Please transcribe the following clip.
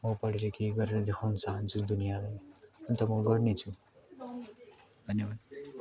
म पढेर केइहीगरेर देखउनु चहान्छु दुनियाँलाई अन्त म गर्नेछु धन्यवाद